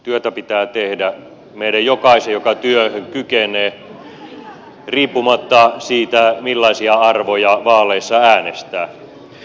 työtä pitää tehdä meidän jokaisen joka työhön kykenee riippumatta siitä millaisia arvoja vaaleissa äänestää